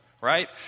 right